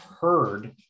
heard